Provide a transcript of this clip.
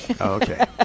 okay